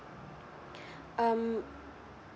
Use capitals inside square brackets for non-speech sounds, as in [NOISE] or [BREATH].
[BREATH] um